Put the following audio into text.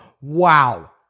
wow